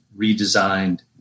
redesigned